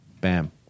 bam